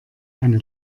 eine